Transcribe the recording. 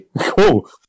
cool